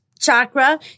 chakra